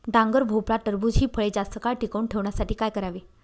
डांगर, भोपळा, टरबूज हि फळे जास्त काळ टिकवून ठेवण्यासाठी काय करावे?